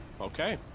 Okay